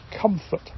comfort